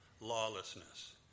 lawlessness